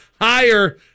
higher